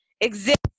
exist